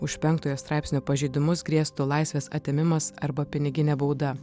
už penktojo straipsnio pažeidimus grėstų laisvės atėmimas arba piniginė bauda